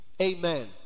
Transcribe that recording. Amen